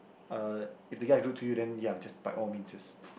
uh if the guy rude to you then ya just by all mean just